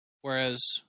whereas